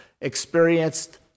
experienced